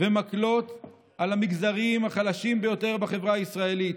ומקלות על המגזרים החלשים ביותר בחברה הישראלית: